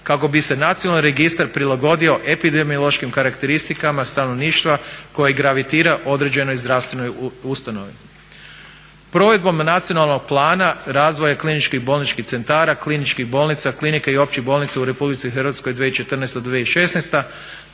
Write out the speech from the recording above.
kako bi se nacionalni registar prilagodio epidemiološkim karakteristikama stanovništva koji gravitira određenoj zdravstvenoj ustanovi. Provedbom nacionalnog plana razvoja kliničkih bolničkih centara, kliničkih bolnica, klinika i općih bolnica u Republici Hrvatskoj 2014.